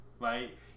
right